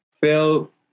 Phil